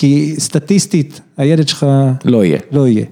כי סטטיסטית הילד שלך לא יהיה.